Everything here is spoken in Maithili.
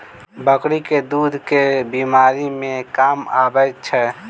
बकरी केँ दुध केँ बीमारी मे काम आबै छै?